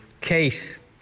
case